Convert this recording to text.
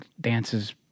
Dances